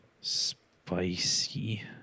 spicy